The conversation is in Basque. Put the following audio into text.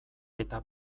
eta